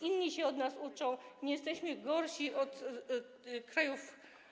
Inni się od nas uczą, nie jesteśmy gorsi od krajów.